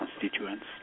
constituents